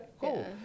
cool